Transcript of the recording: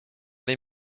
les